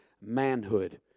manhood